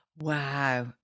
Wow